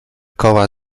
koła